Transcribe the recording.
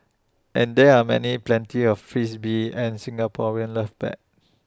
and there are many plenty of and Singaporeans love bet